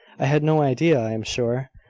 i had no idea, i am sure.